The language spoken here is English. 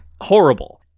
Horrible